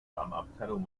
damenabteilung